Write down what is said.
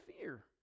fear